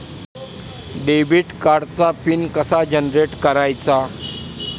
Debit कार्डचा PIN कसा generate करायचा?